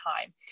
time